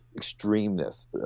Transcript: extremeness